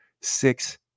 six